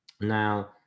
Now